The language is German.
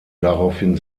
daraufhin